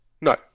No